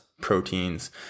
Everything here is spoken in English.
proteins